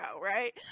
right